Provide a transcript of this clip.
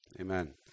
Amen